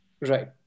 right